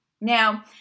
Now